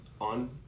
on